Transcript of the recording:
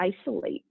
isolate